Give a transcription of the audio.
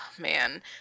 man